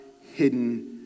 hidden